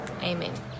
Amen